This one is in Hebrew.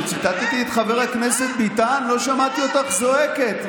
כשציטטתי את חבר הכנסת ביטן לא שמעתי אותך זועקת.